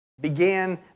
began